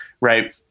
Right